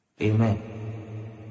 Amen